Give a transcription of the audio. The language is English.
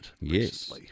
Yes